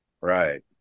Right